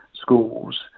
schools